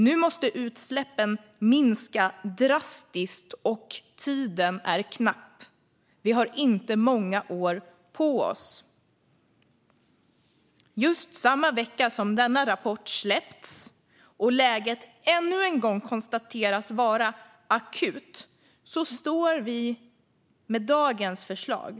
Nu måste utsläppen minska drastiskt, och tiden är knapp. Vi har inte många år på oss. Just samma vecka som denna rapport släpptes, och läget ännu en gång konstaterats vara akut, står vi här med dagens förslag.